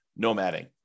nomading